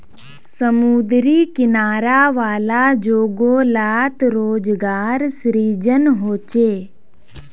समुद्री किनारा वाला जोगो लात रोज़गार सृजन होचे